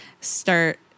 start